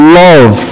love